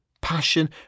passion